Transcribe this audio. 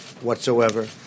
whatsoever